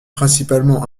principalement